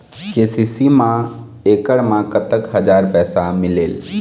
KCC मा एकड़ मा कतक हजार पैसा मिलेल?